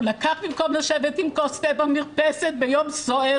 במקום לשבת עם כוס תה במרפסת ביום סוער,